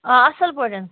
آ اصٕل پٲٹھۍ